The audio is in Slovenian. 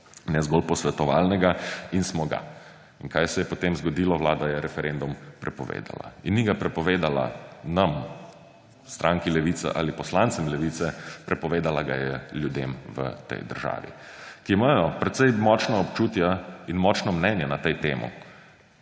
ne zgolj posvetovalnega. In smo ga! Kaj se je potem zgodilo? Vlada je referendum prepovedala. In ni ga prepovedala nam, stranki Levica ali poslancem Levice, prepovedala ga je ljudem v tej državi, ki imajo precej močna občutja in močno mnenje na to temo.